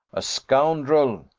a scoundrel,